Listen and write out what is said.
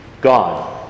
gone